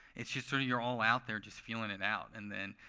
it's just sort of you're all out there just feeling it out. and then,